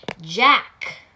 Jack